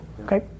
okay